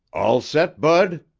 all set, bud?